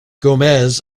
gomez